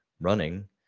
running